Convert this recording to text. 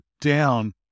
down